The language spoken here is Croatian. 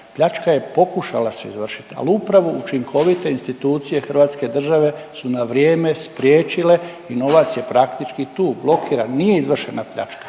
Pljačka je pokušala se izvršiti, ali upravo učinkovite institucije hrvatske države su na vrijeme priječile i novac je praktički tu, blokiran. Nije izvršena pljačka.